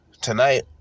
tonight